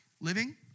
living